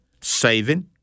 saving